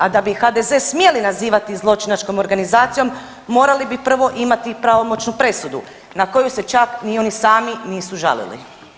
A da bi HDZ smjeli nazivati zločinačkom organizacijom morali bi prvo imati pravomoćnu presudu na koju se čak ni oni sami nisu žalili.